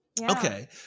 okay